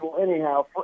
anyhow